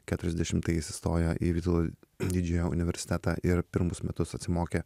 keturiasdešimtais įstojo į vytauto didžiojo universitetą ir pirmus metus atsimokė